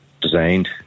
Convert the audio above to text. designed